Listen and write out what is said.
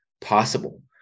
possible